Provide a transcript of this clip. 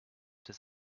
des